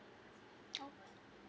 oh